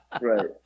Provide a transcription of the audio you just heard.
right